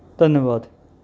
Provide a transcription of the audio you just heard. ਧੰਨਵਾਦ